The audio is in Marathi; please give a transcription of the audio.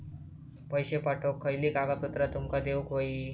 पैशे पाठवुक खयली कागदपत्रा तुमका देऊक व्हयी?